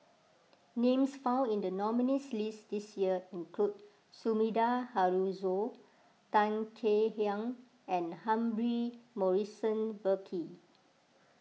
names found in the nominees' list this year include Sumida Haruzo Tan Kek Hiang and Humphrey Morrison Burkill